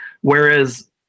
whereas